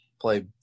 play